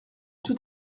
tout